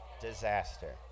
disaster